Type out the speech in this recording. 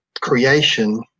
creation